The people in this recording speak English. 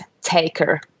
taker